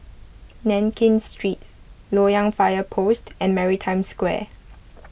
Nankin Street Loyang Fire Post and Maritime Square